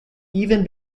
even